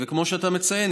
כמו שאתה מציין,